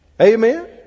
Amen